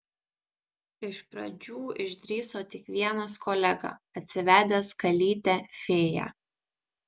iš pradžių išdrįso tik vienas kolega atsivedęs kalytę fėją